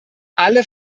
alle